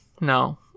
No